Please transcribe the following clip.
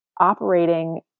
operating